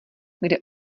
kde